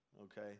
Okay